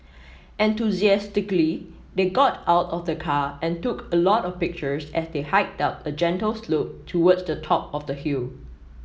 enthusiastically they got out of the car and took a lot of pictures as they hiked up a gentle slope towards the top of the hill